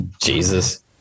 Jesus